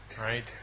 right